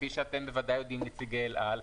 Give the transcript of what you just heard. כפי שבוודאי נציגי אל על יודעים,